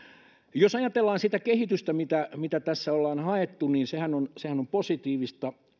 jos ajatellaan sitä kehitystä mitä mitä tässä ollaan haettu niin sehän on sehän on positiivista